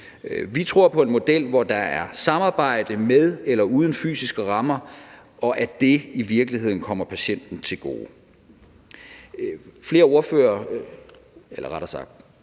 Vi tror på en model, hvor der er samarbejde med eller uden fysiske rammer, og på, at det i virkeligheden kommer patienten til gode.